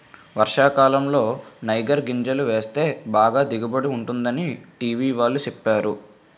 వర్షాకాలంలో నైగర్ గింజలు వేస్తే బాగా దిగుబడి ఉంటుందని టీ.వి వాళ్ళు సెప్పేరు